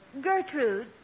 Gertrude